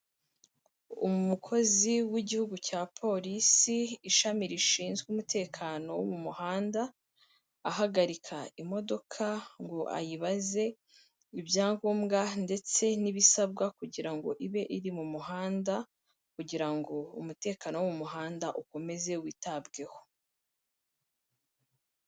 Umukozi w'igihugu cya polisi ishami rishinzwe umutekano wo mu muhanda, ahagarika imodoka ngo ayibaze ibyangombwa ndetse n'ibisabwa kugira ngo ibe iri mu muhanda, kugira ngo umutekano wo mu muhanda ukomeze witabweho.